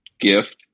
gift